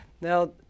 Now